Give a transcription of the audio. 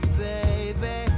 baby